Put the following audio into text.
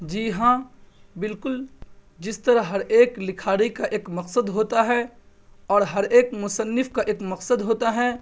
جی ہاں بالکل جس طرح ہر ایک لکھاری کا ایک مقصد ہوتا ہے اور ہر ایک مصنف کا ایک مقصد ہوتا ہے